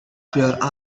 pure